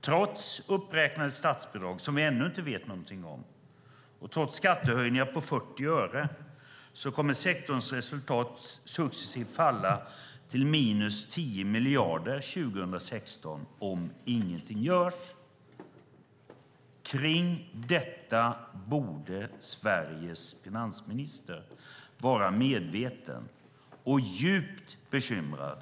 Trots uppräknade statsbidrag, som vi ännu inte vet någonting om, och trots skattehöjningar på 40 öre kommer sektorns resultat successivt att falla till minus 10 miljarder till 2016 om ingenting görs. Sveriges finansminister borde vara medveten om detta, och djupt bekymrad.